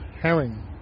Herring